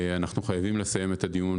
אנחנו חייבים לסיים את הדיון